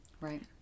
Right